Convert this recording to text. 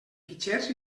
fitxers